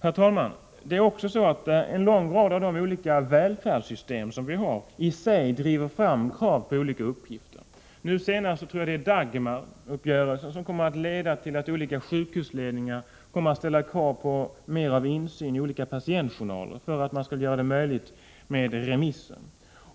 Herr talman! Det är också så att en lång rad av de olika välfärdssystem som vi har i sig driver fram krav på olika uppgifter. Nu senast tror jag detta gäller Dagmaruppgörelsen, som leder till att olika sjukhusledningar kommer att ställa krav på mer insyn i patientjournaler för att göra det möjligt med remisser.